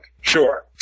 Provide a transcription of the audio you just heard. Sure